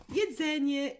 jedzenie